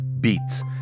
Beats